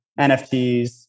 NFTs